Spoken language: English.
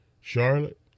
Charlotte